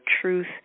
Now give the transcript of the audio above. truth